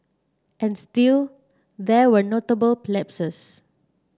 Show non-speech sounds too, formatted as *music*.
and still there were notable *unintelligible* lapses